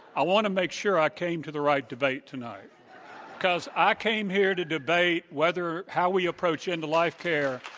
i want to make sure i came to the right debate tonight because i came here to debate whether how we approach end-of-life care.